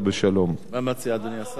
אבל מה אתה אומר על המדליה?